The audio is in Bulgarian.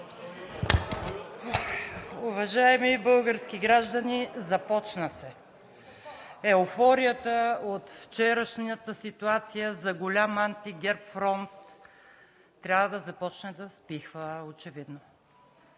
Уважаеми български граждани, започна се! Еуфорията от вчерашната ситуация за голям анти-ГЕРБ фронт трябва да започне да стихва очевидно.